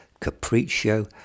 Capriccio